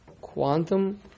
quantum